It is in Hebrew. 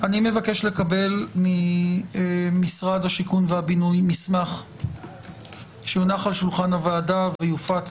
אני מבקש לקבל ממשרד השיכון והבינוי מסמך שיונח על שולחן הוועדה ויופץ